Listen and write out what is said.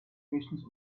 höchstens